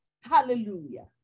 Hallelujah